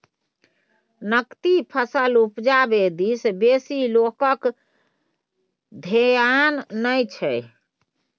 नकदी फसल उपजाबै दिस बेसी लोकक धेआन नहि छै